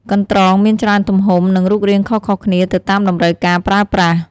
កន្ត្រងមានច្រើនទំហំ និងរូបរាងខុសៗគ្នាទៅតាមតម្រូវការប្រើប្រាស់។